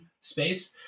space